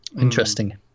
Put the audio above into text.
Interesting